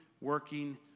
working